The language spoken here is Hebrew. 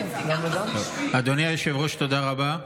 אדוני היושב-ראש, תודה רבה.